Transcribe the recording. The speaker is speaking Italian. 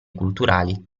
culturali